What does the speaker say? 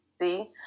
see